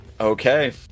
Okay